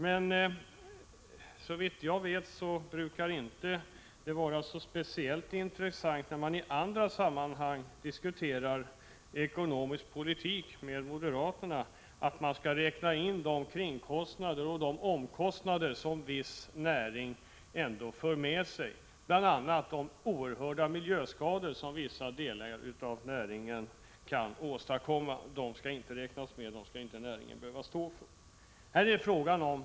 Men såvitt jag vet brukar moderaterna inte vara speciellt intresserade av att räkna in kringoch omkostnader som viss näring för med sig, bl.a. de oerhörda miljöskador som vissa delar av näringen kan åstadkomma, när man i andra sammanhang diskuterar ekonomisk politik. De anser att näringen inte skall behöva stå för sådana kostnader.